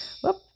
whoop